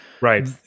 Right